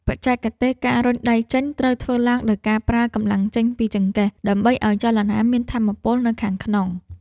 បច្ចេកទេស ការរុញដៃចេញ ត្រូវធ្វើឡើងដោយការប្រើកម្លាំងចេញពីចង្កេះ ដើម្បីឱ្យចលនាមានថាមពលនៅខាងក្នុង។